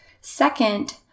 Second